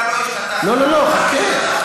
אתה לא השתתפת.